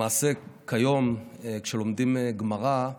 למעשה, כיום, כשלומדים גמרא,